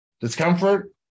discomfort